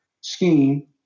scheme